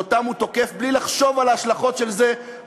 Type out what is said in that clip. שאותם הוא תוקף מבוקר עד ערב בלי לחשוב על ההשלכות של זה.